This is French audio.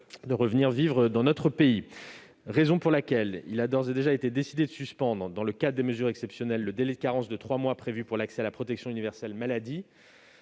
de revenir vivre dans notre pays. C'est pourquoi il a d'ores et déjà été décidé, dans le cadre des mesures exceptionnelles, de suspendre le délai de carence de trois mois prévu pour l'accès à la protection universelle maladie